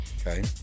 Okay